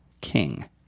King